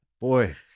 Boy